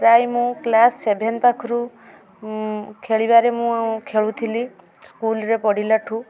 ପ୍ରାୟ ମୁଁ class seven ପାଖରୁ ଖେଳିବାରେ ମୁଁ ଖେଳୁଥିଲି ସ୍କୁଲ୍ରେ ପଢ଼ିଲାଠୁ